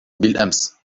بالأمس